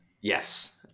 Yes